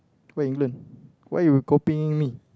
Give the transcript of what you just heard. where you learn why you copying me